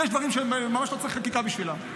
יש דברים שאני ממש לא צריך חקיקה בשבילם.